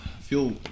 feel